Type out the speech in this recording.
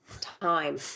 time